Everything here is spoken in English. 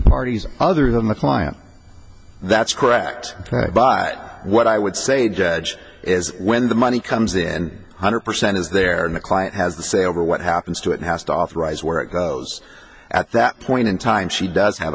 parties other than the client that's correct but what i would say judge is when the money comes in hundred percent is there and the client has a say over what happens to it has to authorize where it goes at that point in time she does have